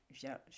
via